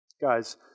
Guys